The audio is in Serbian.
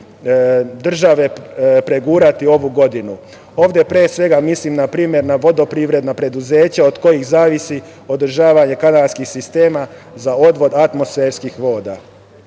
države, pregurati ovu godinu. Ovde pre svega mislim na vodoprivredna preduzeća od kojih zavisi održavanje kanalskih sistema za odvod atmosferskih